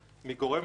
מגורם באזור,